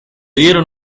dieron